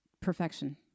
Perfection